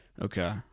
Okay